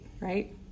right